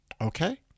Okay